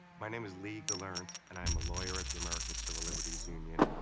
my name is lee gelernt, and i'm a lawyer at the american civil liberties union,